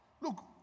Look